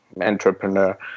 entrepreneur